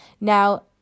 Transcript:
Now